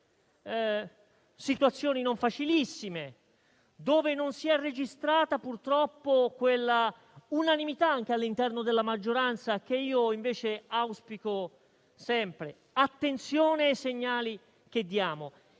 situazioni non facilissime e dove non si è registrata purtroppo quell'unanimità, anche all'interno della maggioranza, che io invece auspico sempre: attenzione ai segnali che diamo.